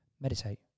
meditate